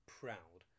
proud